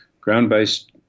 ground-based